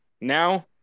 Now